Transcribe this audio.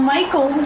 Michael